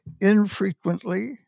infrequently